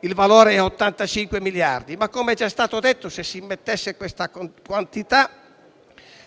il valore è di 85 miliardi. Come è già stato detto, se si immettesse questa quantità